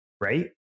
Right